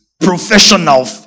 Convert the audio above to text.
professional